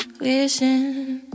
Wishing